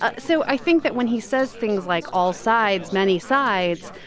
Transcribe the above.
ah so i think that when he says things like all sides, many sides,